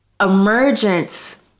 emergence